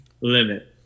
Limit